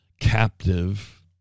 captive